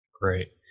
Great